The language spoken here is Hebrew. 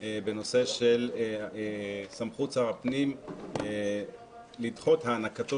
בנושא סמכות שר הפנים לדחות הענקתו